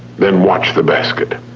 then watch the basket.